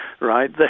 right